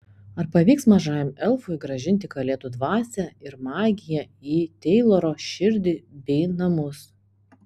ar pavyks mažajam elfui grąžinti kalėdų dvasią ir magiją į teiloro širdį bei namus